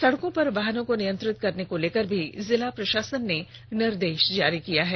सड़कों पर वाहनों को नियंत्रित करने को लेकर भी जिला प्रशासन ने निर्देश जारी किया है